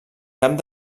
cap